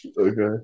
okay